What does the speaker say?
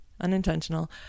Unintentional